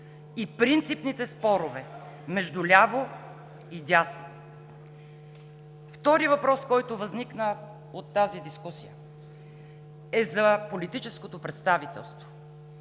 и принципните спорове между ляво и дясно. Вторият въпрос, който възникна от тази дискусия, е за политическото представителство.